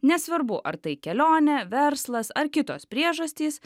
nesvarbu ar tai kelionė verslas ar kitos priežastys